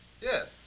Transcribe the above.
Yes